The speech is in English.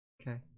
Okay